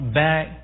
back